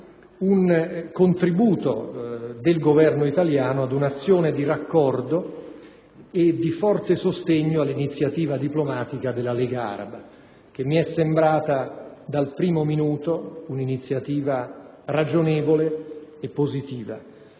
un contributo del Governo italiano ad un'azione di raccordo e di forte sostegno all'iniziativa diplomatica della Lega araba, che mi è sembrata dal primo minuto iniziativa ragionevole e positiva.